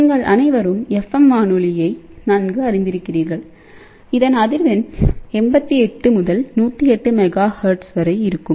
நீங்கள் அனைவரும்எஃப்எம் வானொலியை நன்கு அறிந்திருக்கிறீர்கள் இதன்அதிர்வெண் 88 முதல் 108 மெகா ஹெர்ட்ஸ் ஆகும்